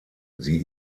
sie